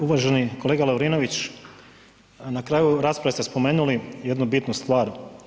Uvaženi kolega Lovrinović, na kraju rasprave ste spomenuli jednu bitnu stvar.